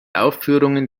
aufführungen